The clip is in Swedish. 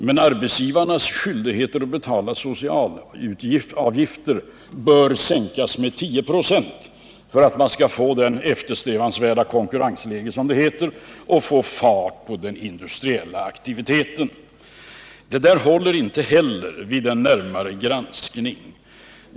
Men de sociala avgifter som arbetsgivare har skyldighet att betala bör sänkas med 10 20, menade man, för att man skall få det eftersträvade konkurrensläget, som det heter, och få fart på den industriella aktiviteten. Det där håller inte heller vid en närmare granskning.